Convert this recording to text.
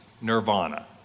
nirvana